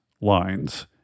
lines